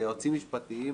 ויועצים משפטיים,